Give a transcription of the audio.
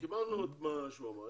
קיבלנו את מה שהוא אמר,